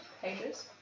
pages